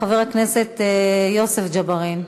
חבר הכנסת יוסף ג'בארין.